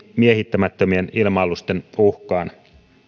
miehittämättömien ilma alusten uhkaan